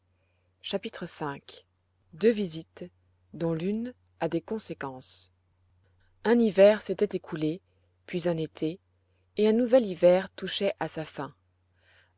chapitre v deux visites dont l'une a des conséquences un hiver s'était écoulé puis un été et un nouvel hiver touchait à sa fin